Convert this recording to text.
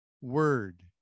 word